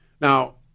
Now